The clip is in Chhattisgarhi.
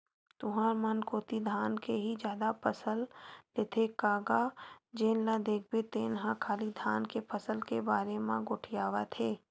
तुंहर मन कोती धान के ही जादा फसल लेथे का गा जेन ल देखबे तेन ह खाली धान के फसल के बारे म गोठियावत हे?